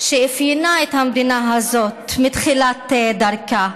שאפיינה את המדינה הזאת מתחילת דרכה.